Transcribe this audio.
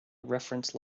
reference